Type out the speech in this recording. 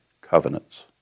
covenants